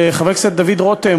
לחבר הכנסת דוד רותם,